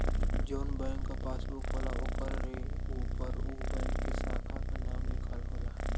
जौन बैंक क पासबुक होला ओकरे उपर उ बैंक के साखा क नाम लिखल होला